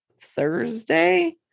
thursday